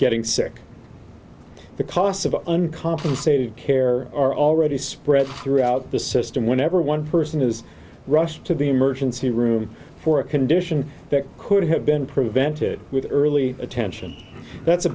getting sick the costs of uncompensated care are already spread throughout the system whenever one person is rushed to be emergency room for a condition that could have been prevented with early attention that's a